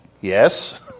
Yes